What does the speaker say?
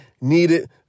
needed